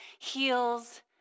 heals